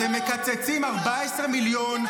אתם מקצצים 14 מיליון,